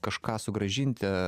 kažką sugrąžinti